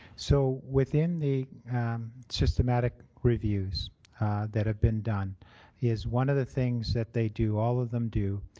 so within the systematic reviews that have been done is one of the things that they do, all of them do,